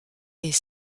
est